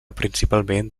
principalment